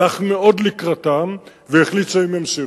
הלך מאוד לקראתם והחליט שהם ימשיכו.